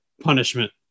punishment